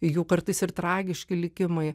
jų kartais ir tragiški likimai